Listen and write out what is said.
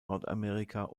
nordamerika